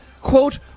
quote